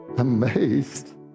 Amazed